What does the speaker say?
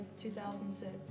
2006